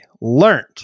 learned